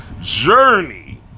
Journey